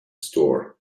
store